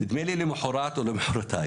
יום או יומיים